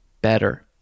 better